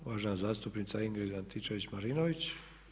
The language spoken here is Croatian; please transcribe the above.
Uvažena zastupnica Ingrid Antičević-Marinović.